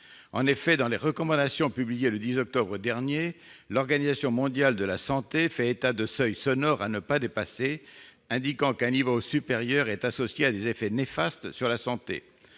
En effet, dans des recommandations publiées le 10 octobre dernier, l'Organisation mondiale de la santé fait état de seuils sonores à ne pas dépasser, indiquant qu'un niveau supérieur est associé « à des effets néfastes sur la santé